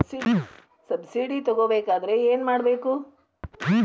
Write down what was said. Subsidy ತಗೊಬೇಕಾದರೆ ಏನು ಮಾಡಬೇಕು?